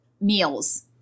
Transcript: meals